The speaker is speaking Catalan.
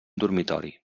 dormitori